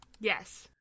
Yes